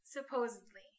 Supposedly